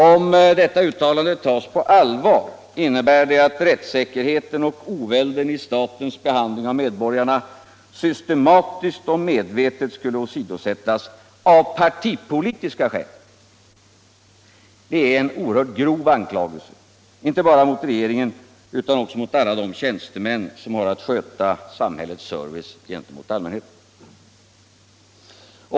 Om detta uttalande tas på allvar, så innebär det att rättssäkerheten och ovälden i statens behandling av medborgarna systematiskt och medvetet skulle åsidosättas av partipolitiska skäl. Det är en oerhört grov anklagelse, inte bara mot regeringen utan också mot alla tjänstemän som har att sköta samhällets service gentemot allmänheten.